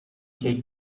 کیک